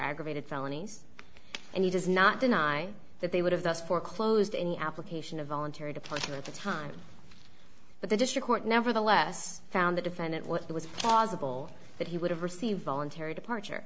aggravated felonies and he does not deny that they would have thus foreclosed any application of voluntary departure at the time but the district court nevertheless found the defendant what it was possible that he would have received voluntary departure